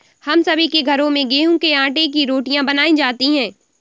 हम सभी के घरों में गेहूं के आटे की रोटियां बनाई जाती हैं